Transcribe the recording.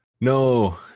no